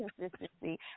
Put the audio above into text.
consistency